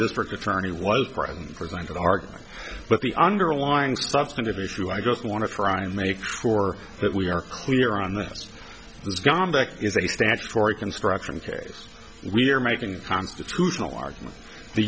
district attorney was present present that argument but the underlying substantive issue i just want to try and make sure that we are clear on this this conduct is a statutory construction case we're making constitutional arguments the